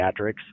Pediatrics